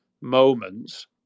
moments